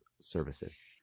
services